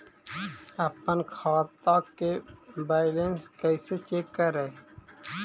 अपन खाता के बैलेंस कैसे चेक करे?